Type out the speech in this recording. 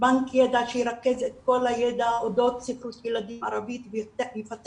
בנק ידע שירכז את כל הידע אודות ספרות ילדים ערבית ויפתח